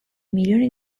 milioni